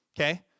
Okay